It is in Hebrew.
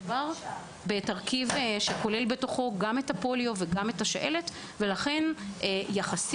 מדובר בתרכיב שכולל בתוכו גם את הפוליו וגם את השעלת ולכן יחסית